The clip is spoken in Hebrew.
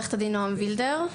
שמי נועם וילדר,